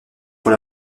pour